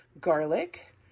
garlic